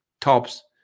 Tops